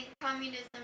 communism